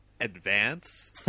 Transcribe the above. advance